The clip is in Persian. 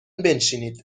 بنشینید